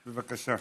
בבקשה.